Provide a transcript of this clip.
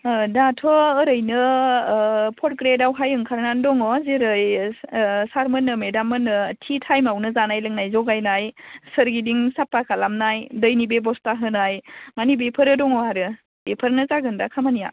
अ दाथ' ओरैनो फर्थ ग्रेदावहाय ओंखारनानै दङ जेरै सारमोननो मेदाममोननो थि टाइमावनो जानाय लोंनाय जागायनाय सोरगिदिं साफा खालामनाय दैनि बेब'स्था होनाय माने बेफोरो दङ आरो बेफोरनो जागोन दा खामानिया